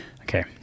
Okay